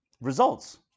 results